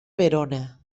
verona